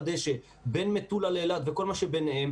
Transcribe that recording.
דשא בין מטולה לאילת וכל מה שביניהן,